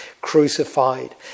crucified